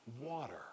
water